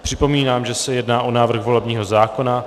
Připomínám, že se jedná o návrh volebního zákona.